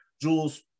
Jules